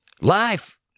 life